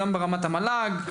המל"ג,